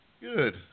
Good